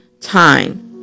time